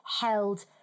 held